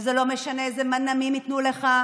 וזה לא משנה איזה מנעמים ייתנו לך.